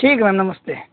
ठीक है मैम नमस्ते